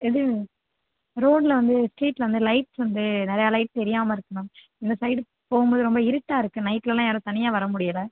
இது ரோட்டில் வந்து ஸ்ட்ரீட்டில் வந்து லைட்ஸ் வந்து நிறையா லைட்ஸ் எரியாம இருக்கு மேம் இந்த சைடு போவும்போது ரொம்ப இருட்டாக இருக்கு நைட்லலாம் யாரும் தனியாக வர முடியலை